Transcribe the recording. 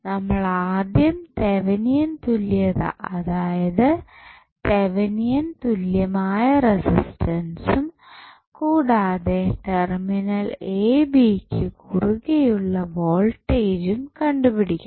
നമ്മൾ ആദ്യം തെവനിയൻ തുല്യത അതായത് തെവനിയൻ തുല്യമായ റസിസ്റ്റൻസും കൂടാതെ ടെർമിനൽ എ ബി ക്ക് കുറുകെയുള്ള വോൾട്ടേജും കണ്ടുപിടിക്കണം